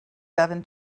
seven